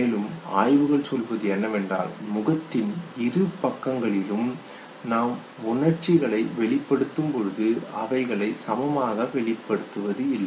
மேலும் ஆய்வுகள் சொல்வது என்னவென்றால் முகத்தின் இரு பக்கங்களிலும் நாம் உணர்ச்சிகளை வெளிப்படுத்தும் பொழுது அவைகளை சமமாக வெளிப்படுத்துவதில்லை